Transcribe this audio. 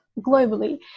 globally